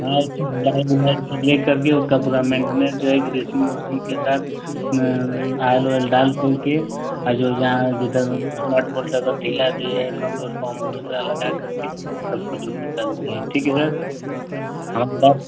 हाँ उसमें धुलाई उलाई क्लियर करके उसका पूरा मेंटेनेंस जो है ग्रेसिंग ओसिंग के साथ आयल ओयल डालकर के जो जहाँ जिधर नट बोल्ट अगर ढीला भी है कमज़ोर तो हम दूसरा लगाकर के सब कुछ ओके कर देंगे ठीक है सर हम दस